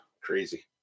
Crazy